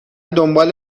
دنبال